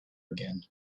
again